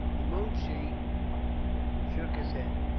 the moonshee shook his head.